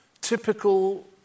Typical